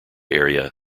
area